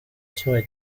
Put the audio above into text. kimwe